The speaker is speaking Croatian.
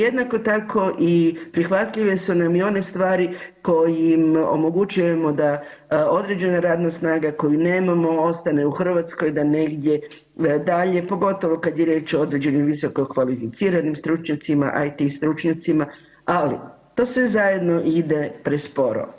Jednako tako i prihvatljive su nam i one stvari kojima omogućujemo da određena radna snaga koju nemamo ostane u Hrvatskoj da negdje dalje, pogotovo kad je riječ o određenim visokokvalificiranim stručnjacima, IT stručnjacima, ali, to sve zajedno ide presporo.